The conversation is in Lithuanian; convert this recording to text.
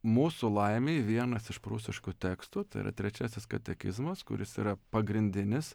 mūsų laimei vienas iš prūsiškų tekstų tai yra trečiasis katekizmas kuris yra pagrindinis